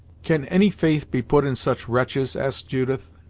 can any faith be put in such wretches? asked judith,